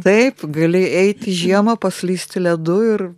taip gali eiti žiemą paslysti ledu ir